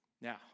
Now